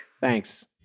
thanks